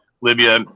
Libya